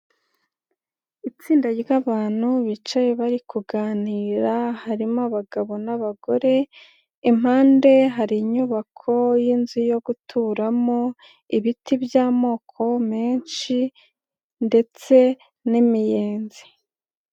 Itsinda ry'abantu bicaye bari kuganira, harimo abagabo n'abagore, impande hari inyubako y'inzu yo guturamo, ibiti by'amoko menshi ndetse n'imiyenzi.